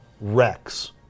Rex